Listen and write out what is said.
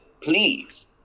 please